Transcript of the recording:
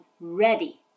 ready